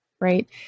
right